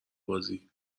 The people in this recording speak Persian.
بازی